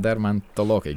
dar man tolokai